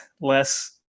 less